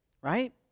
right